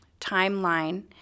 timeline